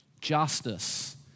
justice